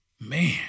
man